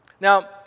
Now